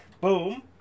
Boom